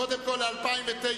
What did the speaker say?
קודם כול, ל-2009,